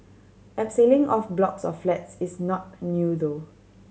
abseiling off blocks of flats is not new though